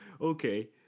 Okay